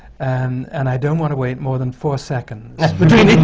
and and i don't want to wait more than four seconds between each.